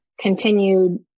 continued